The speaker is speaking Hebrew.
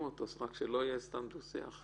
שווה לו אחרי שלוש שנים לקבל.